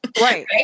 Right